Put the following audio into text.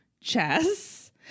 chess